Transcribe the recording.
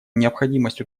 необходимость